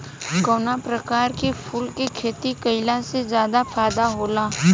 कवना प्रकार के फूल के खेती कइला से ज्यादा फायदा होला?